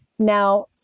Now